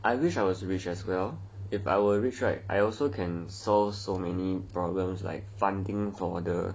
I wish I was rich as well if I were rich right I also can solve so many problems like funding for the